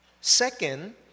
Second